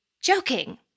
joking